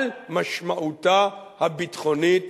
על משמעותה הביטחונית